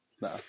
No